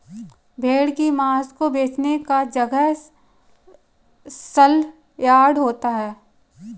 भेड़ की मांस को बेचने का जगह सलयार्ड होता है